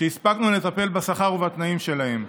שהספקנו לטפל בשכר ובתנאים שלהם.